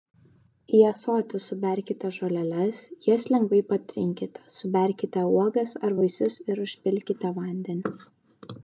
į ąsotį suberkite žoleles jas lengvai patrinkite suberkite uogas ar vaisius ir užpilkite vandeniu